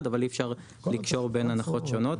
אבל אי אפשר לקשור בין הנחות שונות,